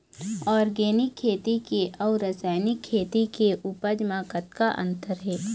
Organic खेती के अउ रासायनिक खेती के उपज म कतक अंतर हे?